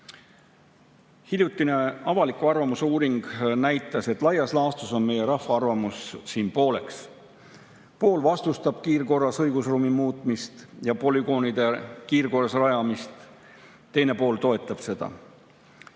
Hiljutine avaliku arvamuse uuring näitas, et laias laastus lähevad meie rahva arvamused siin pooleks: pool vastustab kiirkorras õigusruumi muutmist ja polügoonide kiirkorras rajamist, teine pool toetab seda.